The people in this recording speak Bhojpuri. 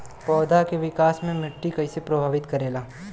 पौधा के विकास मे मिट्टी कइसे प्रभावित करेला?